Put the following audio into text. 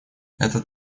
этот